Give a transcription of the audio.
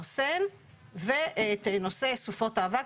ארסן ואת נושא סופות האבק,